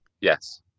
Yes